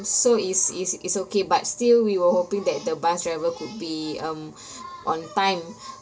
so it's it's it's okay but still we were hoping that the bus driver could be um on time